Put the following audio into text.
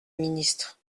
ministre